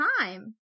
time